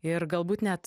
ir galbūt net